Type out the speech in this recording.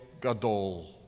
Gadol